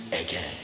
again